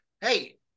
hey